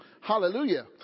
Hallelujah